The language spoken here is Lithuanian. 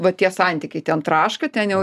va tie santykiai ten traška ten jau